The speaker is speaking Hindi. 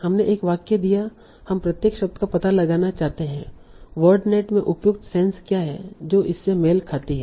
हमने एक वाक्य दिया हम प्रत्येक शब्द का पता लगाना चाहते हैं वर्डनेट में उपयुक्त सेंस क्या है जो इससे मेल खाती है